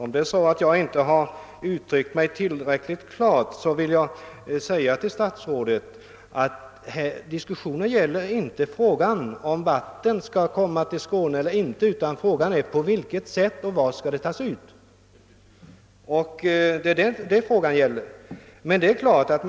Herr talman! Om jag inte har uttryckt mig tillräckligt klart, vill jag till statsrådet säga att diskussionen inte gäller frågan huruvida vatten skall komma till Skåne eller inte, utan frågan är på vilket sätt och var det skall tas.